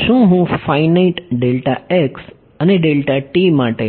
શું હું ફાઇનાઇટ અને માટે